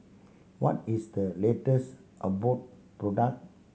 what is the latest Abbott product